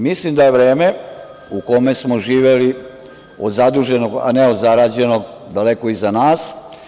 Mislim da je vreme u kome smo živeli, od zaduženog a ne od zarađenog, daleko iza nas.